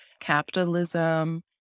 capitalism